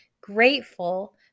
Grateful